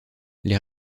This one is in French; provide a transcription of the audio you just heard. les